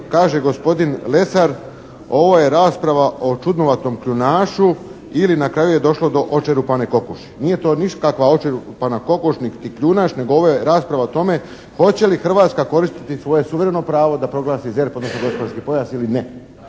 Kaže gospodin Lesar, ovo je rasprava o čudnovatom kljunašu ili na kraju je došlo do očerupane kokoši. Nije to ništa kao očerupana kokoš niti kljunaš nego je ovo rasprava o tome hoće li Hrvatska koristiti svoje suvereno pravo da proglasi ZERP odnosno gospodarski pojas ili ne?